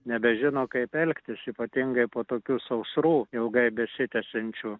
nebežino kaip elgtis ypatingai po tokių sausrų ilgai besitęsiančių